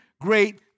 great